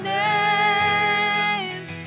names